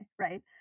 right